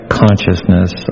consciousness